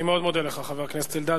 אני מאוד מודה לך, חבר הכנסת אלדד.